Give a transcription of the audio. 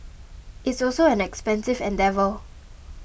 it's also an expensive endeavour